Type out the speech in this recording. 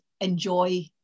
enjoy